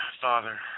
Father